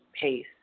pace